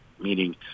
meaning